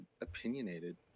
opinionated